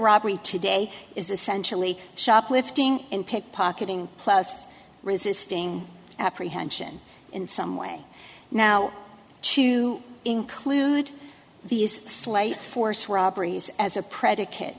robbery today is essentially shoplifting in pickpocketing plus resisting apprehension in some way now to include these slight force robberies as a predicate